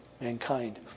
mankind